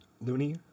Looney